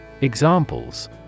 Examples